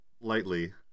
lightly